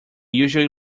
usual